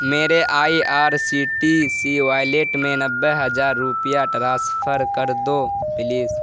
میرے I R C T C wallet میں نوے ہزار روپیہ ٹرانسفر کر دو پلیز